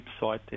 website